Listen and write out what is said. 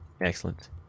excellent